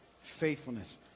faithfulness